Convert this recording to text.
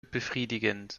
befriedigend